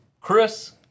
Chris